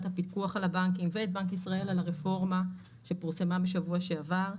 הפיקוח על הבנקים ואת בנק ישראל על הרפורמה שפורסמה בשבוע שעבר.